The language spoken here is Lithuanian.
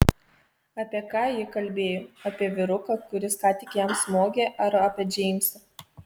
apie ką ji kalbėjo apie vyruką kuris ką tik jam smogė ar apie džeimsą